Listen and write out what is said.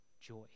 joy